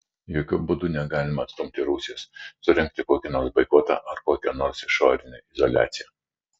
jokiu būdu negalima atstumti rusijos surengti kokį nors boikotą ar kokią nors išorinę izoliaciją